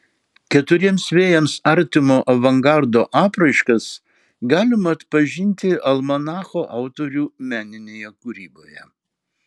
keturiems vėjams artimo avangardo apraiškas galima atpažinti almanacho autorių meninėje kūryboje